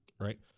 right